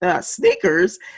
Sneakers